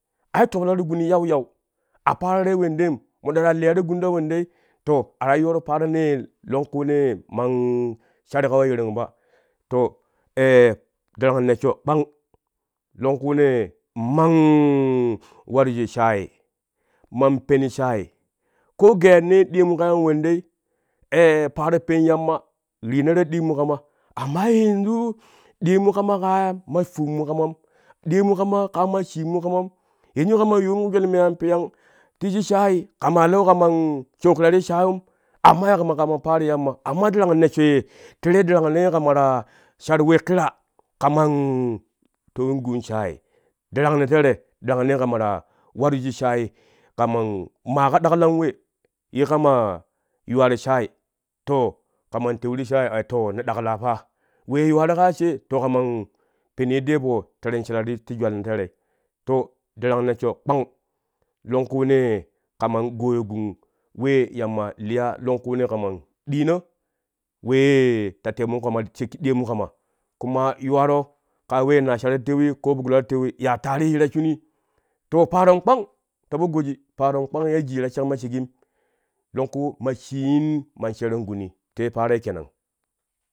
Ai tuuna guni yauyau a paaro ye wendeim moɗa ɗaa liyaro guni ɗaa wendei to ato yooro paaronee longkunee man shari ka we yarang ba to darang nessho kpang longkunee man war shik shaai man pen shaai ko geyannee ɗiyomu kama ye wendei paaro pen yamma rina ta ɗlimu kama amma tanju ɗiyomu kama kaa ma fowonmu kaman ɗiyonmu kama kaa ma sheenmu kaman yanju kama yuwomu jwal an piyang ti shik shaai kamaa lewo kaman shou ƙira ti shaam amma ya kama kan paaro yamma amma darang nessho ye tere darangnee kama ta shar we kira kaman to win gun shaai darangno tere darangnee kama ta war shuk shaai kaman ma ka daklan we ye kama yuwa ti shaai to kaman tewi ti shaai ai to ne ɗakla paa we yuwaro kaa she to kaman pen yeddee po teraan shiki ti jwaino tere to darang nessho kpang longkunee kaman goyo gun we yamma liya longkunee kaman ɗina wee ta tema kama ti shakki ɗiyomu ƙama kuma yuwaro kaa wee nasara ti terri ko gwara ti tewi yaa tarihi ta shunii to paaron kpang ta po goji paaron kpang ye jiyei ta shekma shegiim longku ma sheen man sheeron guni te paaroi kenan